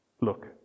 Look